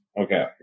Okay